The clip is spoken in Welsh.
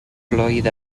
blwydd